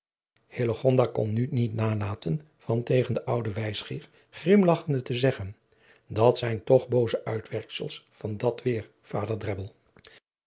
kon nu niet nalaten van tegen den ouden wijsgeer grimlagchende te zeggen dat zijn toch booze uitwerksels van dat weer vader